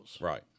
Right